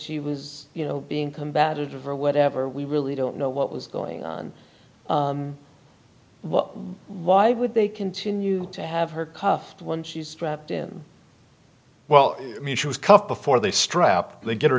she was you know being combative or whatever we really don't know what was going on why would they continue to have her cuff when she strapped in well i mean she was cuffed before they strap they get her